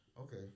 Okay